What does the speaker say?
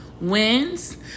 Wins